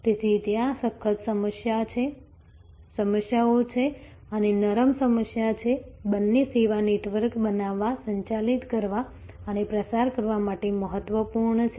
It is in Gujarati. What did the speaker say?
તેથી ત્યાં સખત સમસ્યાઓ છે અને નરમ સમસ્યાઓ છે બંને સેવા નેટવર્ક બનાવવા સંચાલિત કરવા અને પ્રચાર કરવા માટે મહત્વપૂર્ણ છે